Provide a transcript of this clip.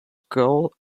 gulls